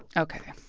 ok.